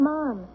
Mom